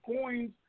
coins